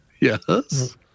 Yes